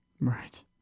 Right